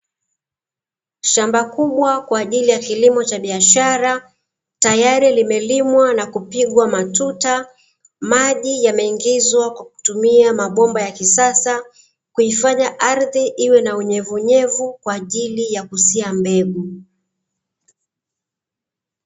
Shamba kubwa kwa ajili ya kilimo cha biashara tayari limelimwa na kupigwa matuta, maji yameingizwa kwa kutumia mabomba ya kisasa kuifanya ardhi iwe na unyevunyevu kwa ajili ya kusia mbegu.